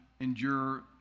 endure